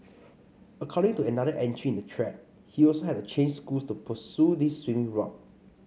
according to another entry in the thread he also had to change schools to pursue this swimming route